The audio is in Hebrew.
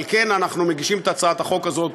על כן אנחנו מגישים את הצעת החוק הזאת,